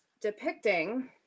depicting